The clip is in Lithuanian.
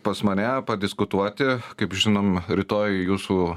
pas mane padiskutuoti kaip žinom rytoj jūsų